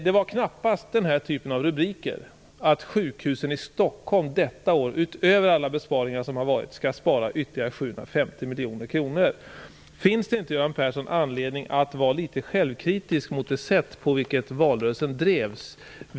Det var då knappast fråga om sådana rubriker som att sjukhusen i Stockholm utöver alla tidigare besparingar skall spara ytterligare 750 miljoner kronor. Finns det inte, Göran Persson, anledning att vara litet självkritisk när det gäller det sätt på vilket valrörelsen bedrevs?